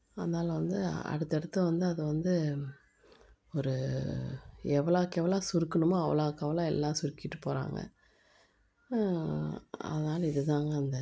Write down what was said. அதனால வந்து அடுத்து அடுத்து வந்து அதை வந்து ஒரு எவ்வளோக்கு எவ்வளோ சுருக்குணுமோ அவ்வளோக்கு அவ்வளோ எல்லாம் சுருக்கிவிட்டு போகிறாங்க அதனால் இதுதாங்க அந்த